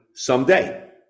someday